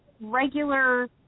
regular